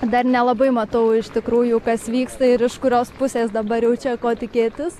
dar nelabai matau iš tikrųjų kas vyksta ir iš kurios pusės dabar jau čia ko tikėtis